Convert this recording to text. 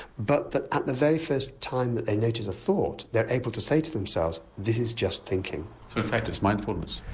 but that at the very first time that they notice a thought they are able to say to themselves this is just thinking. so in fact it's mindfulness?